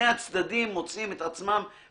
אם היה מצב שהחוק מרע את המצב הקיים,